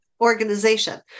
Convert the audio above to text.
organization